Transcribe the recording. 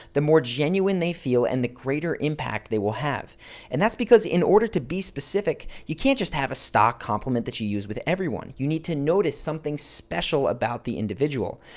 the more genuine they feel and the greater impact they will have and that's because in order to be specific, you can't just have a stock compliment that you use with everyone you need to notice something special about the individual.